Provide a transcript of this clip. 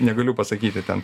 negaliu pasakyti ten